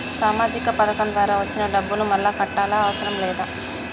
సామాజిక పథకం ద్వారా వచ్చిన డబ్బును మళ్ళా కట్టాలా అవసరం లేదా?